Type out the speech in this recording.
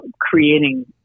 creating